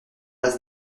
place